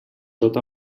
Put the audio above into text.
tot